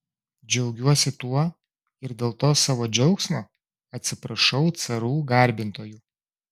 džiaugiuosi tuo ir dėl to savo džiaugsmo atsiprašau carų garbintojų